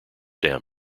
dam